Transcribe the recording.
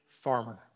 Farmer